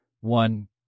one